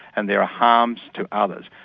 and there are harms to others.